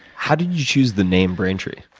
how did you choose the name braintree?